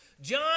John